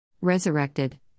resurrected